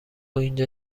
اینجا